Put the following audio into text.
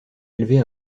élever